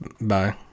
Bye